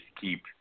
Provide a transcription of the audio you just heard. keep